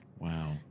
Wow